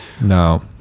No